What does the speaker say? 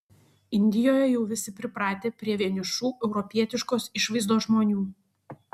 indijoje jau visi pripratę prie vienišų europietiškos išvaizdos žmonių